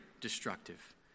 destructive